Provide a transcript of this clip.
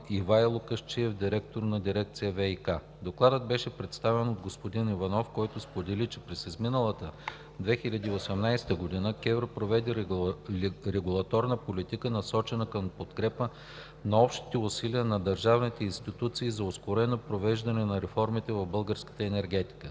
Ивайло Касчиев – директор на дирекция „ВиК“. Докладът беше представен от господин Иванов, който сподели, че през изминалата 2018 г. Комисията за енергийно и водно регулиране проведе регулаторна политика, насочена към подкрепа на общите усилия на държавните институции за ускорено провеждане на реформите в българската енергетика.